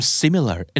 similar